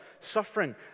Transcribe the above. suffering